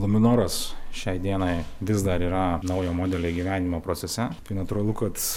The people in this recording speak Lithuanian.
luminoras šiai dienai vis dar yra naujo modelio gyvenimo procese tai natūralu kad